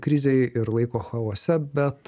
krizėj ir laiko chaose bet